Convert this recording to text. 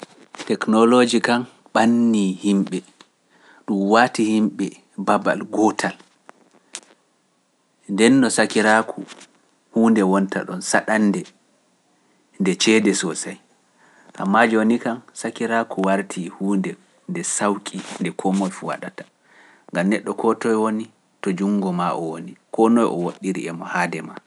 Teknoloji kan ɓanni yimɓe, ɗum waati yimɓe babal gootal. Ndenno sakiraaku huunde wonta ɗon saɗande nde ceede sosay, kama jooni kan sakiraaku wartii huunde nde sawki nde koo moye fu waɗata, ngam neɗɗo koo toye woni to junngo maa o woni, koo noye o woɗɗiri e mo haade maa.